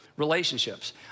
relationships